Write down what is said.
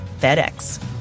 FedEx